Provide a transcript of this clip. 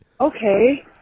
Okay